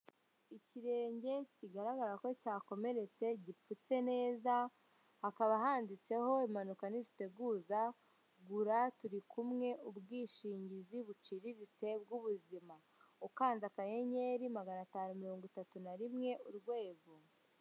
Ikirenge kigaragara ko cyakomeretse, gipfutse neza, hakaba handitseho "Impanuka ntiziteguza, gura turi kumwe, ubwishingizi buciriritse bw'ubuzima". Ukanze akayenyeri, magana atanu, mirongo itatu na rimwe, urwego.